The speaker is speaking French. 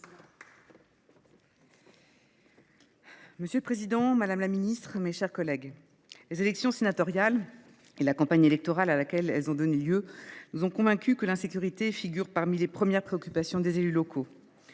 Monsieur le président, madame la ministre, mes chers collègues, les élections sénatoriales et la campagne électorale à laquelle elles ont donné lieu nous ont convaincus que l’insécurité figure parmi les premières préoccupations des élus locaux.